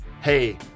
hey